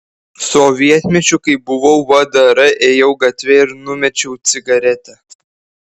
sovietmečiu kai buvau vdr ėjau gatve ir numečiau cigaretę